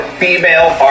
female